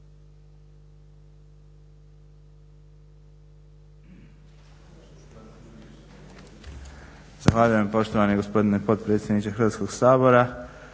Zahvaljujem poštovani gospodine potpredsjedniče Hrvatskoga sabora,